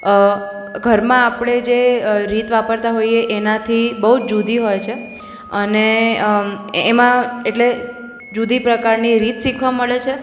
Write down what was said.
ઘરમાં આપણે જે રીત વાપરતા હોઈએ એનાથી બહુ જ જુદી હોય છે અને એમાં એટલે જુદી પ્રકારની રીત શીખવા મળે છે